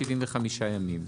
75 ימים,